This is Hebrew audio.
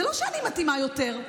זה לא שאני מתאימה יותר.